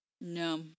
No